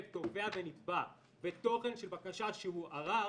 "תובע" ו"נתבע" ותוכן של בקשה שהוא ערר,